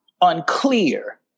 unclear